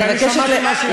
אני שמעתי מה שהיא אמרה.